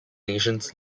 nations